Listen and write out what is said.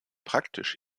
praktisch